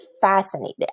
fascinated